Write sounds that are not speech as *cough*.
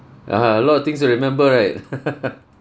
(uh huh) a lot of things to remember right *laughs*